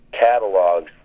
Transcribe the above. catalogs